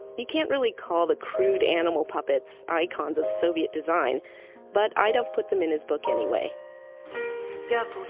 you can't really call the crude animal puppets icons of soviet design but idov put them in his book anyway yeah